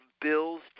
Bill's